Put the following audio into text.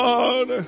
God